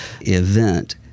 event